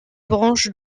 branche